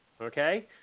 okay